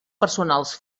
personals